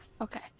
Okay